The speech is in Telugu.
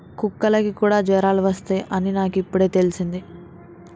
కుక్కలకి కూడా జ్వరాలు వస్తాయ్ అని నాకు ఇప్పుడే తెల్సింది